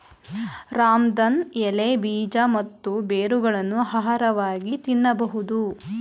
ರಾಮದಾನ್ ಎಲೆ, ಬೀಜ ಮತ್ತು ಬೇರುಗಳನ್ನು ಆಹಾರವಾಗಿ ತಿನ್ನಬೋದು